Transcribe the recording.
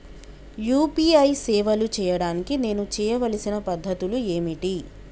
UPI సేవలు చేయడానికి నేను చేయవలసిన పద్ధతులు ఏమిటి?